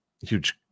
huge